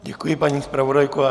Děkuji, paní zpravodajko.